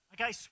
Okay